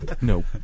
Nope